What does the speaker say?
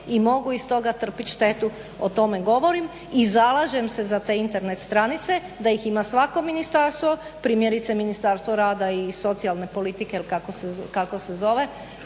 i mogu iz toga trpiti štetu o tome govorim, i zalažem se za te Internet stranice, da ih ima svako ministarstvo, primjerice Ministarstvo rada i socijalne politike ili kako se zove